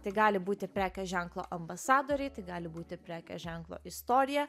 tai gali būti prekės ženklo ambasadoriai tik gali būti prekės ženklo istorija